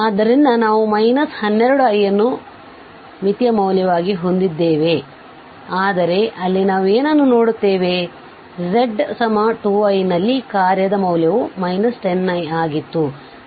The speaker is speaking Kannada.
ಆದ್ದರಿಂದ ನಾವು 12iಅನ್ನು ಮಿತಿಯ ಮೌಲ್ಯವಾಗಿ ಹೊಂದಿದ್ದೇವೆ ಆದರೆ ಅಲ್ಲಿ ನಾವು ಏನನ್ನು ನೋಡುತ್ತೇವೆ z2i ನಲ್ಲಿ ಕಾರ್ಯದ ಮೌಲ್ಯವು 10i ಆಗಿತ್ತು